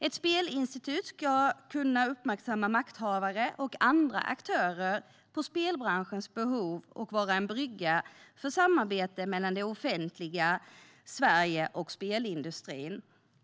Ett spelinstitut skulle kunna uppmärksamma makthavare och andra aktörer på spelbranschens behov och vara en brygga för samarbetet mellan det offentliga Sverige och spelindustrin.